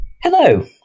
Hello